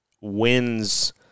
wins